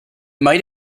might